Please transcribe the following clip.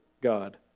God